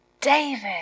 David